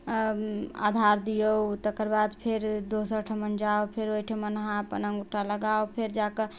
आधार दियौ तकर बाद फेर दोसर ठिमन जाउ फेर ओहि ठिमन अहाँ अपन अँगूठा लगाउ फेर जाकऽ